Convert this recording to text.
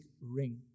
ring